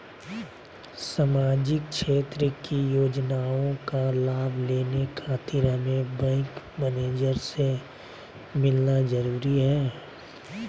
सामाजिक क्षेत्र की योजनाओं का लाभ लेने खातिर हमें बैंक मैनेजर से मिलना जरूरी है?